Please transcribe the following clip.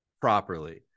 properly